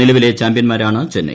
നിലവിലെ ചാമ്പ്യന്മാരാണ് ചെന്നൈ